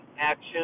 action